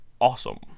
awesome